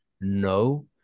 No